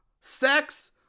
sex